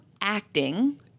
acting